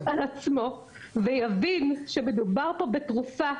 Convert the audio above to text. ויבין שמדובר בתרופה.